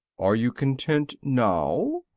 are you content now?